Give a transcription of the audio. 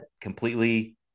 completely